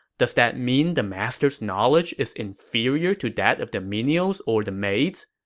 does that mean the master's knowledge is inferior to that of the menials or the maids?